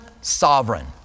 sovereign